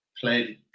played